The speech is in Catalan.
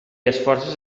esforços